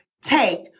take